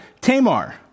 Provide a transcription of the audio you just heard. Tamar